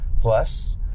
Plus